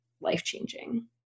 life-changing